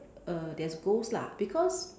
err there's ghost lah because